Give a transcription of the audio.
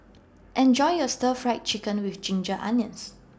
Enjoy your Stir Fry Chicken with Ginger Onions